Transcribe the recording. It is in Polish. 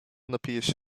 napijesz